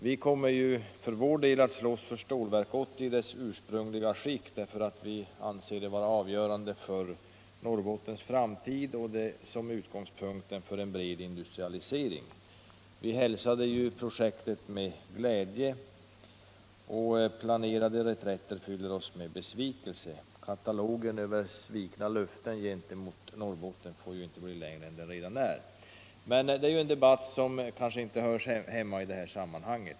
Vi kommer för vår del att slåss för Stålverk 80 i dess ursprungliga skick — vi anser stålverket avgörande för Norrbottens framtid och en utgångspunkt för en bred industrialisering. Vi hälsade projektet med glädje, och den planerade reträtten fyller oss med besvikelse. Katalogen över svikna löften till Norrbotten får inte bli längre än den redan är. Men den debatten hör kanske inte hemma i detta sammanhang.